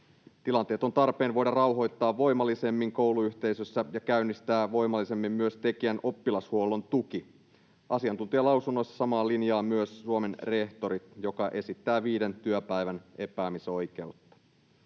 Tilanteet on tarpeen voida rauhoittaa voimallisemmin kouluyhteisössä ja käynnistää voimallisemmin myös tekijän oppilashuollon tuki. Asiantuntijalausunnoissa samalla linjalla on myös Suomen Rehtorit, joka esittää viiden työpäivän epäämisoikeutta.